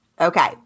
Okay